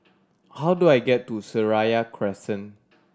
how do I get to Seraya Crescent